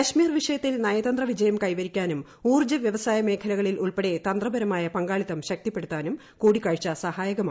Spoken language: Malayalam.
കശ്മീർ വിഷയത്തിൽ നയതന്ത്ര വിജയം കൈവരിക്കാനും ഊർജ്ജ വ്യവസായ മേഖലകളിൽ ഉൾപ്പെടെ തന്ത്രപരമായ പങ്കാളിത്തം ശക്തിപ്പെടുത്താനും കൂടിക്കാഴ്ച സഹായകമായി